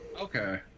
Okay